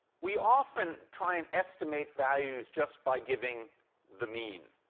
we often try and estimate values just by giving the mean.